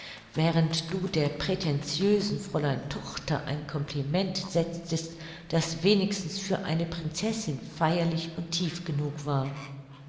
während du der prätentiösen fräulein tochter ein compliment setztest das wenigstens für eine prinzessin feierlich und tief genug war